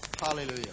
hallelujah